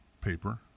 paper